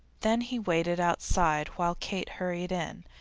then he waited outside while kate hurried in,